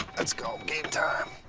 let's go. game time.